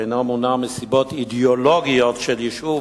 שאינו מודע לסיבות אידיאולוגיות של יישוב